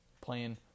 playing